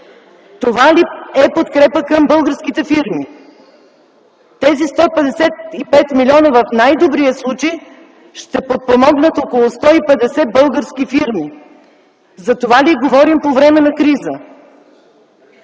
Това ли е подкрепа към българските фирми?! Тези 155 милиона в най-добрия случай ще подпомогнат около 150 български фирми. За това ли говорим по време на криза?!